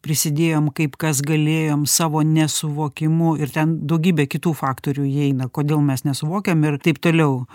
prisidėjom kaip kas galėjom savo nesuvokimu ir ten daugybė kitų faktorių įeina kodėl mes nesuvokiam ir taip toliau